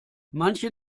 manche